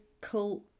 cult